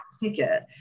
ticket